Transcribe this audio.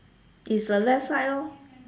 is the left side lor